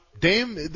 Dame